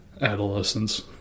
adolescence